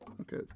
Okay